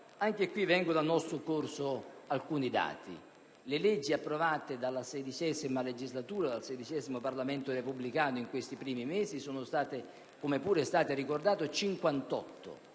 Anche qui vengono in nostro soccorso alcuni dati. Le leggi approvate nella XVI legislatura dal sedicesimo Parlamento repubblicano in questi primi mesi sono state - come pure è stato ricordato - 58;